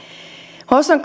hossan